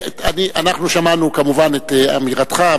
אנחנו שמענו כמובן את אמירתך,